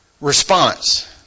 response